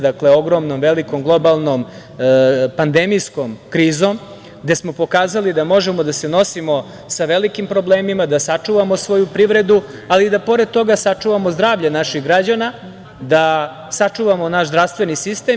Dakle, ogromnom, velikom, globalnom pandemijskom krizom, a gde smo pokazali da možemo da se nosimo sa velikim problemima, da sačuvamo svoju privredu, ali i da pored toga sačuvamo zdravlje naših građana, da sačuvamo naš zdravstveni sistem.